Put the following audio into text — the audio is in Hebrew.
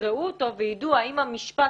יקראו אותו ויידעו האם המשפט,